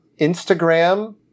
Instagram